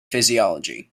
physiology